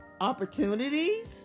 Opportunities